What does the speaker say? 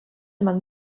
man